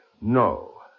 No